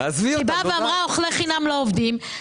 היא אמרה: אוכלי חינם לא עובדים.